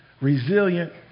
resilient